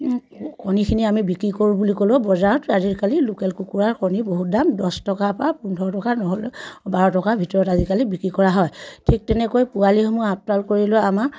কণীখিনি আমি বিক্ৰী কৰোঁ বুলি ক'লেও বজাৰত আজিকালি লোকেল কুকুৰাৰ কণীৰ বহুত দাম দহ টকাৰপৰা পোন্ধৰ টকা নহ'লে বাৰ টকাৰ ভিতৰত আজিকালি বিক্ৰী কৰা হয় ঠিক তেনেকৈ পোৱালিসমূহ আপদাল কৰিলেও আমাৰ